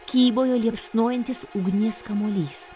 kybojo liepsnojantis ugnies kamuolys